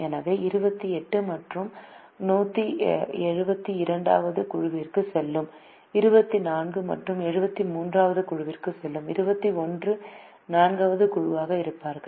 எனவே 28 மற்றும் 17 2 வது குழுவிற்குச் செல்லும் 24 மற்றும் 7 3 வது குழுவிற்குச் செல்லும் 21 பேர் 4 வது குழுவாக இருப்பார்கள்